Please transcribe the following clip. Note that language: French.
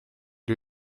est